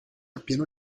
appieno